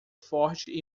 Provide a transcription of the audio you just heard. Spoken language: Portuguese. forte